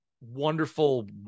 wonderful